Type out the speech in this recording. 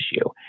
issue